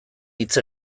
hitz